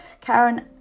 Karen